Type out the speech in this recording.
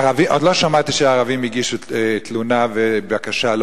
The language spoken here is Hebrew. עוד לא שמעתי שערבים הגישו תלונה ובקשה לא